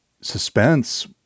suspense